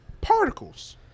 particles